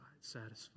satisfied